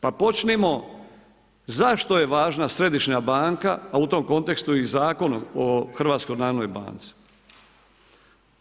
Pa počnimo, zašto je važna središnja banka, a u tom kontekstu i Zakon o HNB-u?